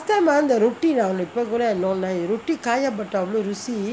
last time ah அந்த:antha roti லாம் இப்போ கூட:laam ippo kuda not nice roti kaya butter அவ்ளோ ருசி:avlo rusi